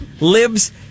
lives